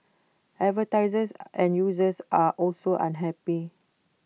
advertisers and users are also unhappy